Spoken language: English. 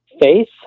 faith